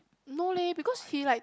no leh because he like